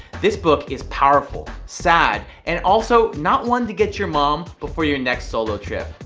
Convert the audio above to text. this book is powerful, sad, and also not one to get your mom before your next solo trip.